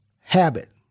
habit